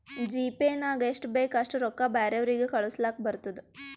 GPay ನಾಗ್ ಎಷ್ಟ ಬೇಕ್ ಅಷ್ಟ ರೊಕ್ಕಾ ಬ್ಯಾರೆವ್ರಿಗ್ ಕಳುಸ್ಲಾಕ್ ಬರ್ತುದ್